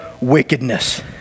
wickedness